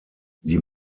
die